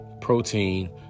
protein